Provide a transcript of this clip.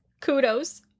Kudos